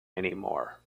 anymore